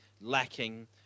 lacking